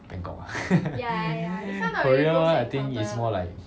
bangkok korea [one] I think is more like